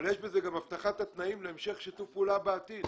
אבל יש בזה גם הבטחת התנאים להמשך שיתוף פעולה בעתיד.